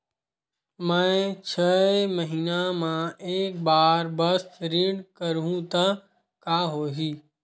मैं छै महीना म एक बार बस ऋण करहु त का होही?